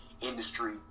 industry